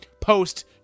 Post